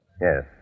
Yes